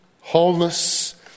wholeness